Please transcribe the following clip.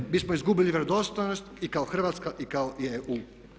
Time bismo izgubili vjerodostojnost i kao Hrvatska i kao EU.